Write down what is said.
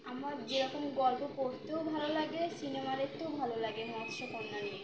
আমার যেরকম গল্প পড়তেও ভালো লাগে সিনেমা দেখতেও ভালো লাগে মৎস্যকন্যা নিয়ে